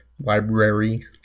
library